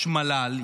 יש מל"ל,